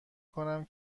کنم